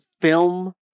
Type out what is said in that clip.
film